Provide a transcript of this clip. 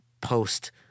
post-